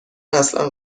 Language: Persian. اصلا